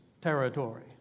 territory